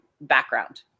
background